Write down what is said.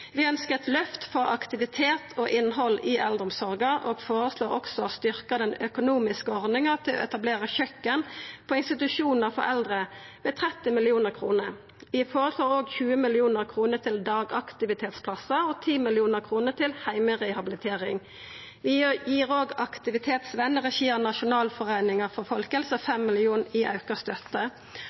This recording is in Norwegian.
Vi ønskjer eit løft for aktivitet og innhald i eldreomsorga og føreslår også å styrkja den økonomiske ordninga til å etablera kjøkken på institusjonar for eldre, med 30 mill. kr. Vi føreslår òg 20 mill. kr til dagaktivitetsplassar og 10 mill. kr til heimerehabilitering. Vi gir òg Aktivitetsvenn, i regi av Nasjonalforeningen for folkehelsen, 5 mill. kr i auka støtte,